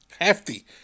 hefty